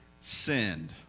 sinned